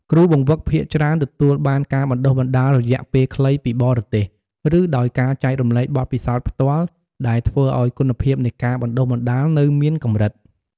គ្រូបង្វឹកភាគច្រើនទទួលបានការបណ្តុះបណ្តាលរយៈពេលខ្លីពីបរទេស ឬដោយការចែករំលែកបទពិសោធន៍ផ្ទាល់ ដែលធ្វើឱ្យគុណភាពនៃការបណ្តុះបណ្តាលនៅមានកម្រិត។